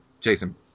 Jason